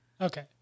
Okay